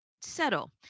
settle